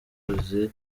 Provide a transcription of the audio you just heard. abakoze